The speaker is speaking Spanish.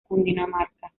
cundinamarca